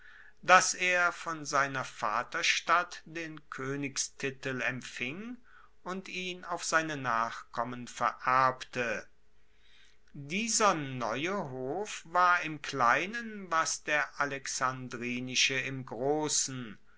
dass er von seiner vaterstadt den koenigstitel empfing und ihn auf seine nachkommen vererbte dieser neue hof war im kleinen was der alexandrinische im grossen